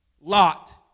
Lot